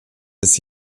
des